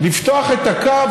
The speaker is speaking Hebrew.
תותח-על.